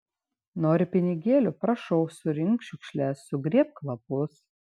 nori pinigėlių prašau surink šiukšles sugrėbk lapus